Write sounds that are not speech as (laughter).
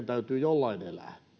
(unintelligible) täytyy jollain elää